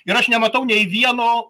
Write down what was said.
ir aš nematau nei vieno